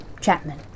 Chapman